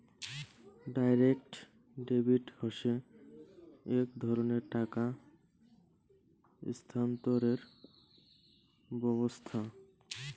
direct debit হসে এক ধরণের টাকা স্থানান্তরের ব্যবস্থা